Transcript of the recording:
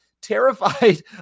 terrified